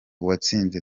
uwatsinze